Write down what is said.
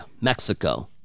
Mexico